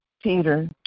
Peter